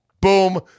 Boom